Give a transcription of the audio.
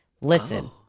Listen